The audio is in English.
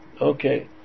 Okay